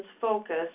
focus